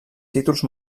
títols